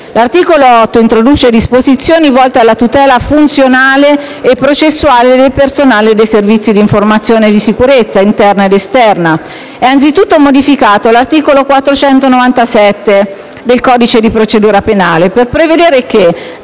L'articolo 8 introduce disposizioni volte alla tutela funzionale e processuale del personale dei Servizi di informazione e sicurezza interna ed esterna. È anzitutto modificato l'articolo 497 del codice di procedura penale per prevedere che